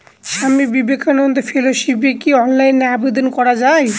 স্বামী বিবেকানন্দ ফেলোশিপে কি অনলাইনে আবেদন করা য়ায়?